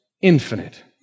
Infinite